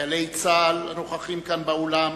חיילי צה"ל הנוכחים כאן באולם,